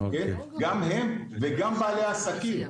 גם הם וגם בעלי העסקים.